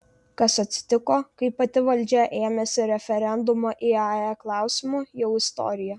kas atsitiko kai pati valdžia ėmėsi referendumo iae klausimu jau istorija